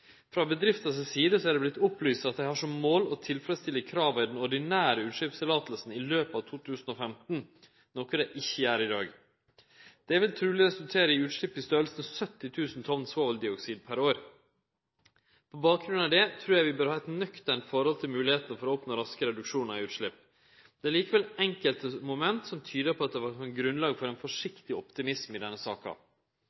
Frå bedrifta si side er det vorte opplyst at dei har som mål å tilfredsstille krava i det ordinære utsleppsløyvet i løpet av 2015, noko dei ikkje gjer i dag. Det vil truleg resultere i utslepp på omkring 70 000 tonn svoveldioksid per år. På bakgrunn av det trur eg vi bør ha eit nøkternt forhold til moglegheitene for å oppnå raske reduksjonar i utslepp. Det er likevel enkelte moment som tyder på at det kan vere grunnlag for ein